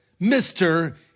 Mr